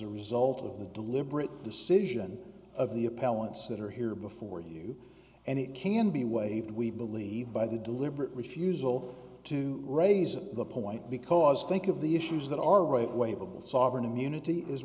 a result of the deliberate decision of the appellant's that are here before you and it can be waived we believe by the deliberate refusal to raise at the point because think of the issues that are right wave of the sovereign immunity is